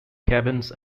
cabins